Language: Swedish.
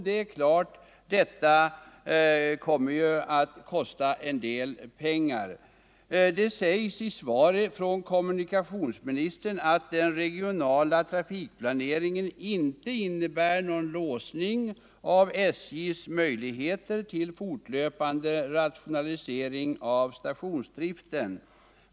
Det är klart att denna kommer att kosta en hel del pengar. Det sägs i kommunikationsministerns svar att ”den regionala trafikplaneringen inte innebär någon låsning av SJ:s möjlighet till fortlöpande rationalisering av stationsdriften”.